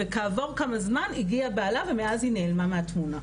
וכעבור כמה זמן הגיע בעלה ומאז היא נעלמה מהתמונה,